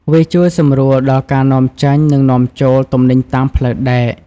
វាជួយសម្រួលដល់ការនាំចេញនិងនាំចូលទំនិញតាមផ្លូវដែក។